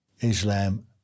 Islam